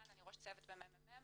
אני ראש צוות במ.מ.מ.